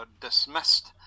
dismissed